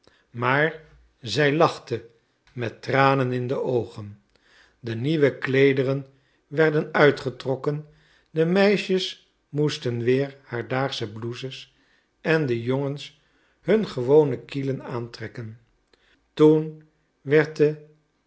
maar zij lachte met tranen in de oogen de nieuwe kleederen werden uitgetrokken de meisjes moesten weer haar daagsche blouses en de jongens hun gewonen kielen aantrekken toen werd de